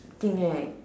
think right